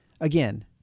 Again